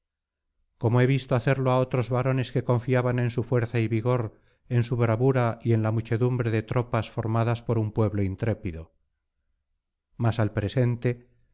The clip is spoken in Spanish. como he visto hacerlo á otros varones que confiaban en su fuerza y vigor en su bravura y en la muchedumbre de tropas formadas por un pueblo intrépido mas al presente